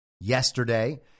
yesterday